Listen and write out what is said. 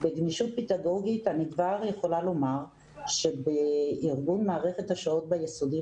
בגמישות פדגוגית אני כבר שיכולה לומר שבארגון מערכת השעות ביסודי,